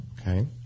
Okay